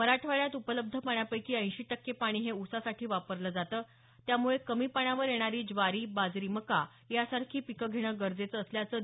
मराठवाड्यात उपलब्ध पाण्यापैकी ऐंशी टक्के पाणी हे ऊसासाठी वापरलं जातं त्यामुळे कमी पाण्यावर येणारी ज्वारी बाजरी मका या सारखी पिकं घेणं गरजेचं असल्याचं प्रा